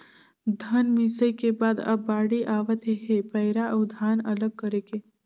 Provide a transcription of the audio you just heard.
धन मिंसई के बाद अब बाड़ी आवत हे पैरा अउ धान अलग करे के